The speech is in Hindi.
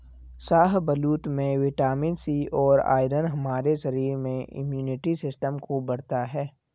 शाहबलूत में विटामिन सी और आयरन हमारे शरीर में इम्युनिटी सिस्टम को बढ़ता है